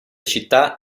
città